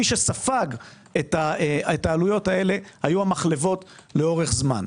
מי שספג את העלויות האלה היו המחלבות לאורך זמן.